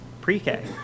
pre-K